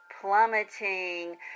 plummeting